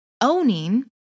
owning